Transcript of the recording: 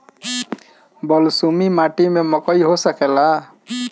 बलसूमी माटी में मकई हो सकेला?